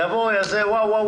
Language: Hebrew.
יבוא ויעשה: וואו,